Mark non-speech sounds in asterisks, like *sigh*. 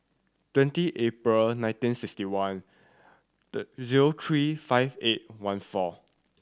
twenty April nineteen sixty one *unintelligible* zero three five eight one four